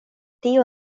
tio